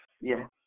yes